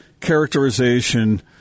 characterization